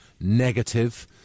negative